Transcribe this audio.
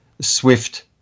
swift